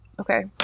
Okay